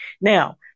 Now